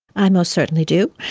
i most certainly do,